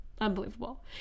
unbelievable